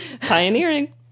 pioneering